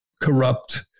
corrupt